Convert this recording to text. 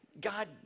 God